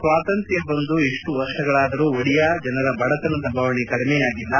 ಸ್ವಾತಂತ್ರ್ಯ ಬಂದು ಇಷ್ಟು ವರ್ಷಗಳಾದರೂ ಒಡಿಯಾ ಜನರ ಬಡತನದ ಬವಣೆ ಕಡಿಮೆಯಾಗಿಲ್ಲ